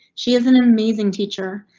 she is an amazing teacher.